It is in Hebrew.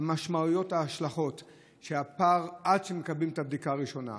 המשמעויות וההשלכות של הפער עד שמקבלים את הבדיקה הראשונה,